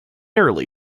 early